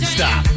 Stop